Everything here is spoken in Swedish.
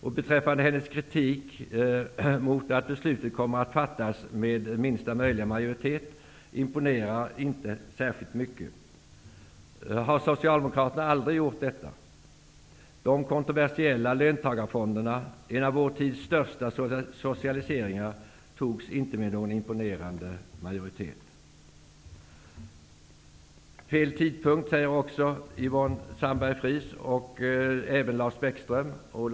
Och hennes kritik mot att beslutet kommer att fattas med minsta möjliga majoritet imponerar inte särskilt mycket. Har Socialdemokraterna aldrig gjort detta? De kontroversiella löntagarfonderna, en av vår tids största socialiseringar, antogs inte med någon imponerande majoritet. Yvonne Sandberg-Fries, och även Lars Bäckström, säger också att det är fel tidpunkt.